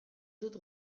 dut